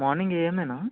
morning ఏఏంయేనా